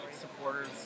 supporters